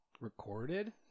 Recorded